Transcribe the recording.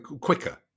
quicker